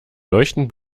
leuchten